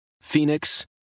Phoenix